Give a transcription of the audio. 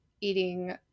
eating